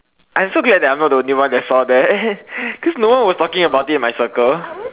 I am so glad that I am not the only one that saw that cause no one was talking about that in my circle